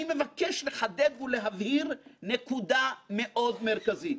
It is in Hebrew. אני מבקש לחדד ולהבהיר נקודה מאוד מרכזית: